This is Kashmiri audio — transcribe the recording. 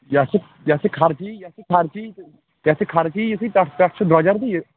یَتھ چھِ یَتھ چھِ خرچہِ یِی یَتھ چھِ خرچہٕ یِی چھِ خرچہٕ یِی یِتھُے تَتھ پٮ۪ٹھ چھُ درٛۄجَر تہٕ یہِ